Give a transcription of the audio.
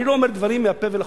אני לא אומר דברים מהפה ולחוץ.